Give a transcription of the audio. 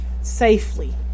Safely